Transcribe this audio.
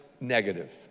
negative